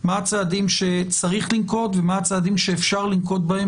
מה הצעדים שצריך לנקוט ומה הצעדים שאפשר לנקוט בהם